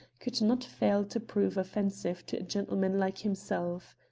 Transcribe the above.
could not fail to prove offensive to a gentleman like himself.